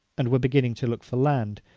and were beginning to look for land,